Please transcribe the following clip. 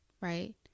Right